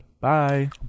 Bye